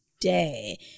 day